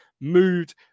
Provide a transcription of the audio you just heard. moved